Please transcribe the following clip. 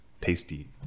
tasty